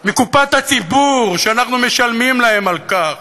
מקופת הציבור, שאנחנו משלמים להם על כך,